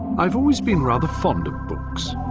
i've always been rather fond of books.